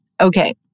Okay